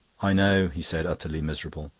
i know, he said, utterly miserable.